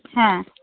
হ্যাঁ